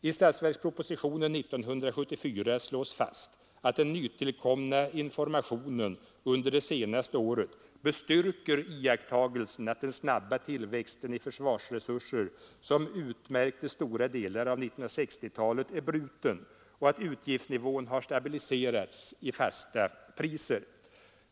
I statsverkspropositionen 1974 slås fast att den nytillkomna informationen under det senaste året bestyrker iakttagelsen att den snabba tillväxt i försvarsresurser som utmärkte stora delar av 1960-talet är bruten och att utgiftsnivån har stabiliserats i fasta priser.